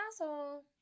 asshole